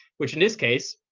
which in this case,